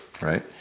right